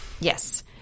yes